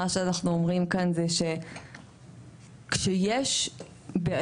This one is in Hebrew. מה שאנחנו אומרים כאן זה שכשיש בעיה